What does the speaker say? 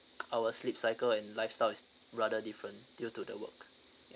our sleep cycle and lifestyle is rather different due to the work ya